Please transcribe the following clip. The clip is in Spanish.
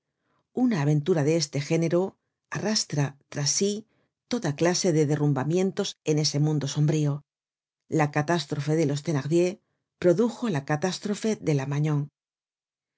una aventura de este género arrastra tras sí toda clase de derrumbamientos en ese mundo sombrío la catástrofe de los thenardier produjo la catástrofe de la